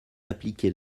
appliquer